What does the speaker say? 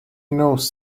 knows